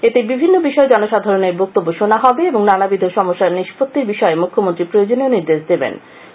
এতে বিভিন্ন বিষয়ে জনসাধারণের বক্তব্য শোনা হবে এবং নানাবিধ সমস্যা নিষ্পত্তির বিষয়ে মুখ্যমন্ত্রী প্রয়োজনীয় নির্দেশ দেবেন